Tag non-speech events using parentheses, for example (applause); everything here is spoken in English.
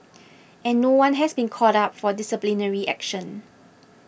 (noise) and no one has been called up for disciplinary action